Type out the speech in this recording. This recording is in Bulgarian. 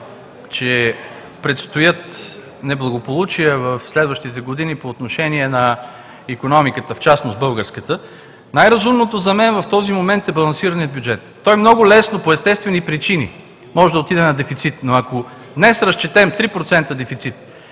че предстоят неблагополучия в следващите години по отношение на икономиката, в частност българската, най-разумното за мен в този момент е балансираният бюджет. Той много лесно по естествени причини може да отиде на дефицит, но ако днес разчетем 3% дефицит